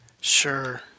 Sure